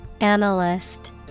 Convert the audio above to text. Analyst